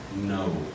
no